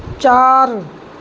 چار